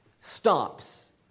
stops